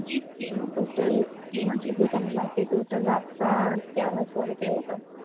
جی تینوں ٹوٹل تینوں چیزوں کا مِلا کے ٹوٹل آپ کا گیارہ سو روپے ہوگا